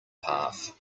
path